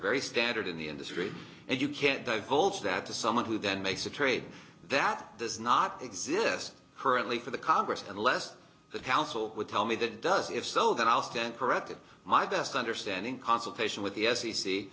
very standard in the industry and you can't divulge that to someone who then makes a trade that does not exist currently for the congress unless the council would tell me that it does if so then i'll stand corrected my best understanding consultation with the